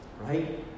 Right